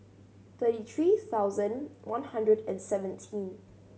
thirty three thousand one hundred and seventeen